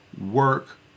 work